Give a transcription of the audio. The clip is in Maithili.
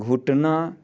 घुटना